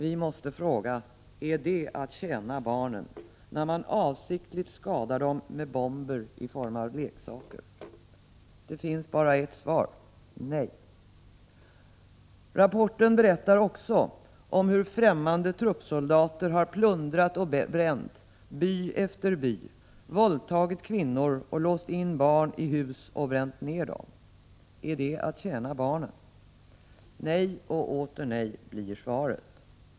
Vi måste fråga: Är det att tjäna barnen när man avsiktligt skadar dem med bomber i form av leksaker? Det finns bara ett svar: Nej. Rapporten berättar också om hur främmande soldater plundrat och bränt by efter by, våldtagit kvinnor och låst in barn i hus som de sedan bränt ner. Är det att tjäna barnen? Nej och åter nej blir svaret.